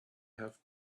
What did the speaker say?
have